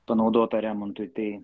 panaudota remontui tai